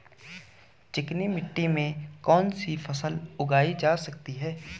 चिकनी मिट्टी में कौन सी फसल उगाई जा सकती है?